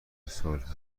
صلح